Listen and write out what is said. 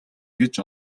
гэж